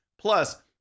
Plus